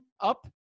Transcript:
up